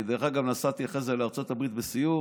אני, דרך אגב, נסעתי אחרי זה לארצות הברית לסיור.